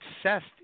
obsessed